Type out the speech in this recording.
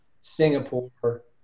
singapore